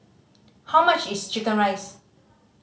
how much is chicken rice